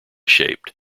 shaped